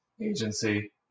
agency